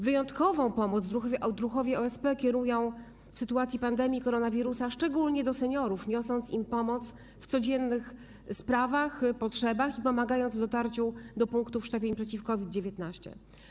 Wyjątkową pomoc druhowie OSP kierują w sytuacji pandemii koronawirusa szczególnie do seniorów, niosąc im wsparcie w codziennych sprawach i potrzebach i pomagając w dotarciu do punktów szczepień przeciw COVID-19.